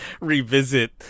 revisit